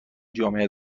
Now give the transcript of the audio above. جامعه